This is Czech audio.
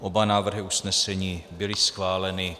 Oba návrhy usnesení byly schváleny.